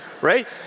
Right